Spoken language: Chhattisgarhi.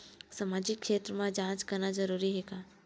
सामाजिक क्षेत्र म जांच करना जरूरी हे का?